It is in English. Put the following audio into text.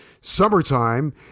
summertime